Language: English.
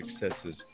successes